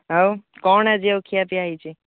ଆଉ କ'ଣ ଆଜି ଆଉ ଖିଆ ପିଆ ହୋଇଛି